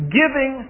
giving